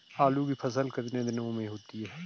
आलू की फसल कितने दिनों में होती है?